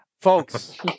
Folks